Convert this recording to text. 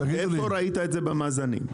איפה ראית את זה במאזנים.